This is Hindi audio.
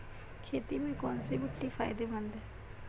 खेती में कौनसी मिट्टी फायदेमंद है?